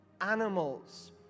animals